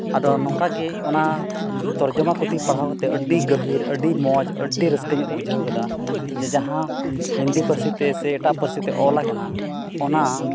ᱟᱫᱚ ᱱᱚᱝᱠᱟᱜᱮ ᱚᱱᱟ ᱛᱚᱨᱡᱚᱢᱟ ᱯᱩᱛᱷᱤ ᱯᱟᱲᱦᱟᱣ ᱠᱟᱛᱮᱫ ᱟᱹᱰᱤ ᱜᱟᱹᱦᱤᱨ ᱟᱹᱰᱤ ᱢᱚᱡᱽ ᱟᱹᱰᱤ ᱨᱟᱹᱥᱠᱟᱹ ᱧᱚᱜ ᱵᱩᱡᱷᱟᱹᱣ ᱠᱮᱫᱟ ᱡᱮ ᱡᱟᱦᱟᱸ ᱦᱤᱱᱫᱤ ᱯᱟᱹᱨᱥᱤᱛᱮ ᱥᱮ ᱮᱴᱟᱜ ᱯᱟᱹᱨᱥᱤᱛᱮ ᱚᱞ ᱟᱠᱟᱱᱟ ᱚᱱᱟ